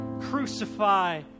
crucify